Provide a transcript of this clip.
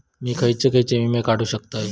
मी खयचे खयचे विमे काढू शकतय?